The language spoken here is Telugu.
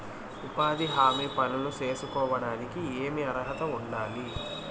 ఉపాధి హామీ పనులు సేసుకోవడానికి ఏమి అర్హత ఉండాలి?